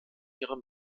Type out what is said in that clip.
ihre